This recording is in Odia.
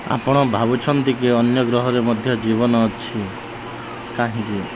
ଆପଣ ଭାବୁଛନ୍ତି କି ଅନ୍ୟ ଗ୍ରହରେ ମଧ୍ୟ ଜୀବନ ଅଛି କାହିଁକି